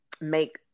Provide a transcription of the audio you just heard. make